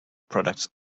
products